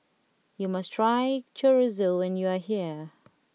you must try Chorizo when you are here